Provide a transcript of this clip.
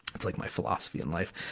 it's like my philosophy in life.